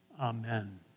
Amen